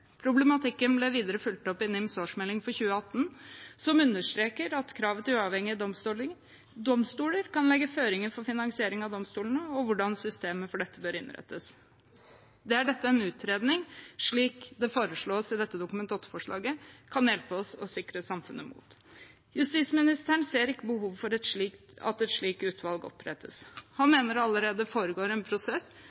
Problematikken ble videre fulgt opp i NIMs årsmelding for 2018, som understreker at kravet til uavhengige domstoler kan legge føringer for finansiering av domstolene, og hvordan systemet for dette bør innrettes. Det er dette en utredning, slik det foreslås i dette Dokument 8-forslaget, kan hjelpe oss å sikre samfunnet mot. Justisministeren ser ikke behov for at et slikt utvalg opprettes. Han